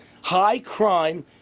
high-crime